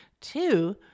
Two